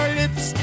lips